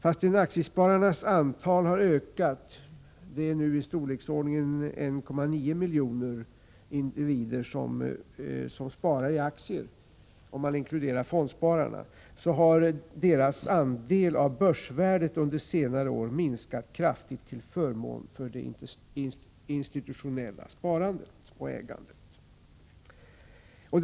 Fastän aktiespararnas antal har ökat — det är nu, om man inkluderar fondspararna, ca 1,9 miljoner individer som sparar i aktier — har deras andel av börsvärdet under senare år minskat kraftigt till förmån för det institutionella sparandet och ägandet.